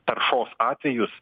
taršos atvejus